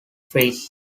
fries